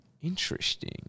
Interesting